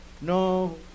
No